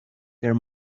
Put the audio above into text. there